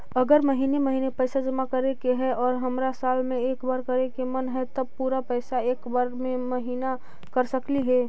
अगर महिने महिने पैसा जमा करे के है और हमरा साल में एक बार करे के मन हैं तब पुरा पैसा एक बार में महिना कर सकली हे?